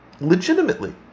legitimately